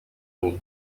umwe